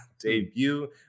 debut